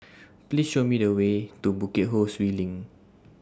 Please Show Me The Way to Bukit Ho Swee LINK